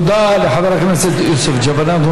תודה לחבר הכנסת יוסף ג'בארין.